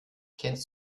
kennst